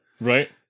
Right